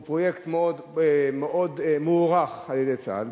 והוא מאוד מוערך על-ידי צה"ל,